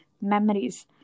Memories